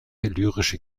lyrische